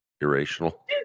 Irrational